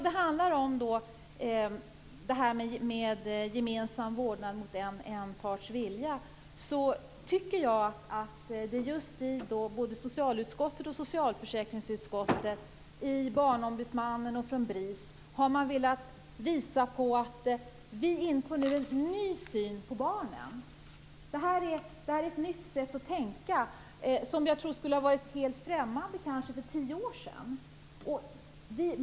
Det som gemensam vårdnad och en parts vilja handlar om och som socialutskottet, socialförsäkringsutskottet, Barnombudsmannen och BRIS har velat visa på är att vi nu inför en ny syn på barnen. Det här är ett nytt sätt att tänka som jag tror skulle ha varit helt främmande för tio år sedan.